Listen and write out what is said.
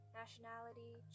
nationality